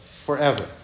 Forever